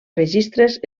registres